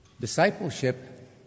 Discipleship